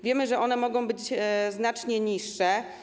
Wiemy, że one mogą być znacznie niższe.